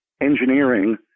engineering